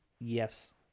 Yes